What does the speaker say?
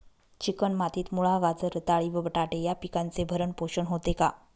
Chicken मातीत मुळा, गाजर, रताळी व बटाटे या पिकांचे भरण पोषण होते का?